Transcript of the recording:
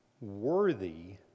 worthy